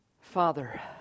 Father